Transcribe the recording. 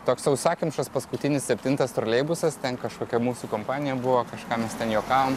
toks sausakimšas paskutinis septintas troleibusas ten kažkokia mūsų kompanija buvo kažką mes ten juokavom